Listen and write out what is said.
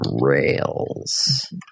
rails